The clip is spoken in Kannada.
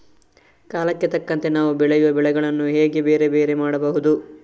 ಕಾಲಕ್ಕೆ ತಕ್ಕಂತೆ ನಾವು ಬೆಳೆಯುವ ಬೆಳೆಗಳನ್ನು ಹೇಗೆ ಬೇರೆ ಬೇರೆ ಮಾಡಬಹುದು?